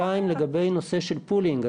לגבי הנושא של פולינג.